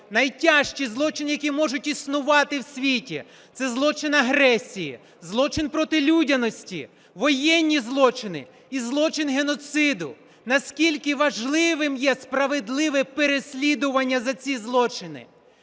найтяжчі злочини, які можуть існувати в світі, – це злочин агресії, злочин проти людяності, воєнні злочини і злочин геноциду. Наскільки важливим є справедливе переслідування за ці злочини.